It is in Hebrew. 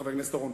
חבר הכנסת אורון,